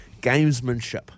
gamesmanship